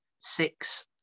six